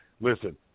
listen